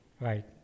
Right